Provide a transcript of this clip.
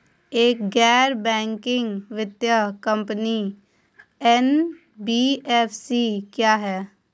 एक गैर बैंकिंग वित्तीय कंपनी एन.बी.एफ.सी क्या है?